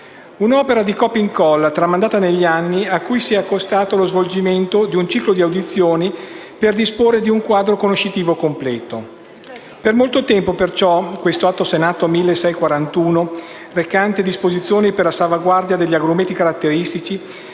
Un'opera di copia e incolla, tramandata negli anni, a cui si è accostato lo svolgimento di un ciclo di audizioni per disporre di un quadro conoscitivo completo. Per molto tempo, perciò, questo Atto Senato 1641, recante disposizioni per la salvaguardia degli agrumeti caratteristici,